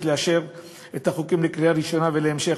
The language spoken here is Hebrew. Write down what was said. לאשר את החוקים לקריאה ראשונה ולהמשך,